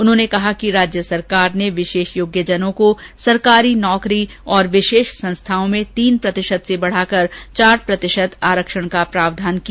उन्होंने कहा कि राज्य सरकार ने विशेष योग्यजनों को सरकारी नौकरी और विशेष संस्थाओं में तीन प्रतिशत से बढाकर चार प्रतिशत आरक्षण का प्रावधान किया